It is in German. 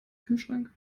kühlschrank